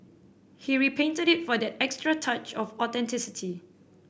he repainted it for that extra touch of authenticity